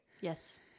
yes